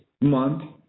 month